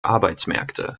arbeitsmärkte